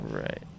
Right